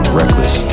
reckless